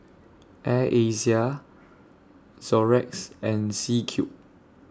Air Asia Xorex and C Cube